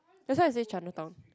that's why I say Chinatown